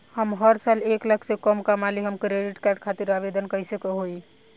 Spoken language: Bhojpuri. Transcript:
हम हर साल एक लाख से कम कमाली हम क्रेडिट कार्ड खातिर आवेदन कैसे होइ?